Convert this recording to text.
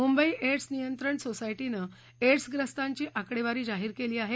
Mumbai AIDS नियंत्रण सोसायटीने एड्सग्रस्तांची आकडेवारी जाहीर केली आहे